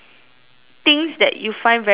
things that you find very irritating